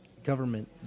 Government